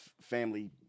family